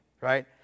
right